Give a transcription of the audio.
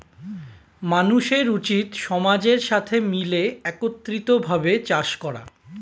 মানুষের উচিত সমাজের সাথে মিলে একত্রিত ভাবে চাষ করা